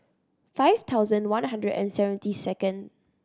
five thousand one hundred and seventy second